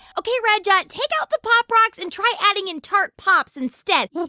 ok, reg, yeah take out the pop rocks and try adding in tart pops instead